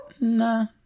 No